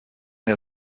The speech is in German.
der